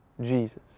Jesus